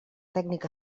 tècnic